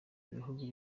ibihugu